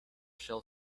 shell